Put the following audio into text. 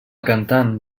cantant